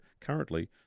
currently